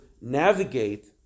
navigate